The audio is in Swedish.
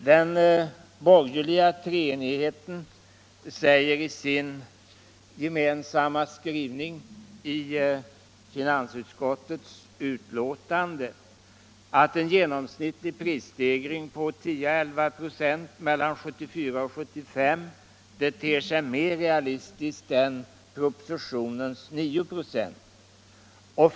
Den borgerliga treenigheten säger i sin gemensamma skrivning i finansutskottets betänkande att en genomsnittlig prisstegring på 10 å 11 96 mellan år 1974 och 1975 ter sig mer realistisk än propositionens 9 96.